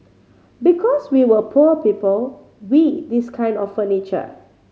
because we were poor people we this kind of furniture